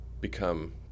become